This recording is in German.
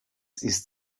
ist